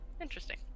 Interesting